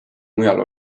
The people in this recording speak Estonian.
mujal